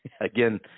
again